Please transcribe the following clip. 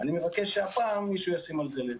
אני מבקש שהפעם מישהו ישים על זה לב.